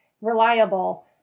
reliable